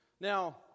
Now